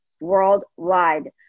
worldwide